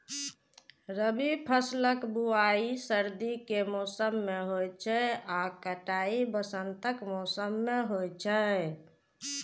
रबी फसलक बुआइ सर्दी के मौसम मे होइ छै आ कटाइ वसंतक मौसम मे होइ छै